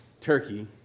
Turkey